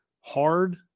hard